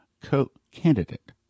co-candidate